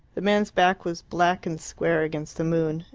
the man's back was black and square against the moon,